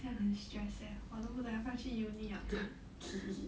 这样很 stress eh 我都不懂要不要去 uni liao 这样